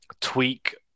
tweak